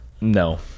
No